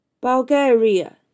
Bulgaria